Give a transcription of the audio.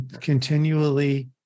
continually